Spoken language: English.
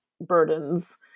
burdens